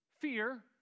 fear